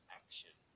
action